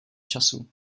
času